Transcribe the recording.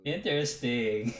Interesting